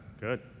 good